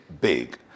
big